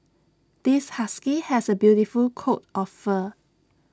this husky has the beautiful coat of fur